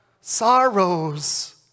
sorrows